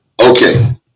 Okay